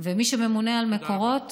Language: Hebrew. ומי שממונה על מקורות